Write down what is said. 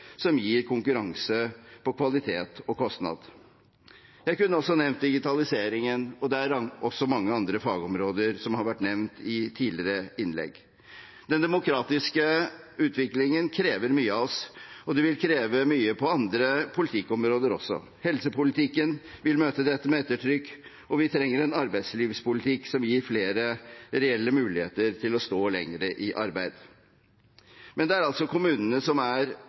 som gir konkurranse på kvalitet og kostnad. Jeg kunne også nevnt digitaliseringen, og det er også mange andre fagområder som har vært nevnt i tidligere innlegg. Den demografiske utviklingen krever mye av oss, og den vil kreve mye på flere politikkområder. I helsepolitikken vil vi møte dette med ettertrykk, og vi trenger en arbeidslivspolitikk som gir flere reelle muligheter til å stå lenger i arbeid. Men det er altså kommunene som er